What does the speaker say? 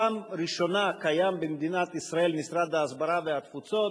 בפעם הראשונה קיים במדינת ישראל משרד ההסברה והתפוצות.